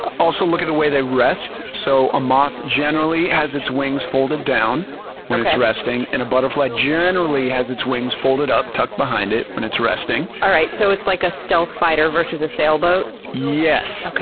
also look at the way they rest. so a moth generally has its wings folded down when it's resting, and a butterfly generally has its wings folded up, tucked behind it, when it's resting. all right, so it's like a stealth fighter versus a sailboat? yes,